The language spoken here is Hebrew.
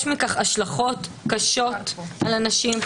יש לכך השלכות קשות על אנשים,